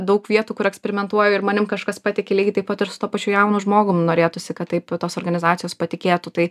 daug vietų kur eksperimentuoju ir manim kažkas patiki lygiai taip pat ir su tuo pačiu jaunu žmogum norėtųsi kad taip tos organizacijos patikėtų tai